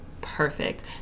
perfect